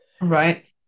right